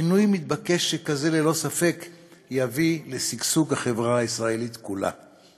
שינוי מתבקש כזה ללא ספק יביא לשגשוג החברה הישראלית כולה.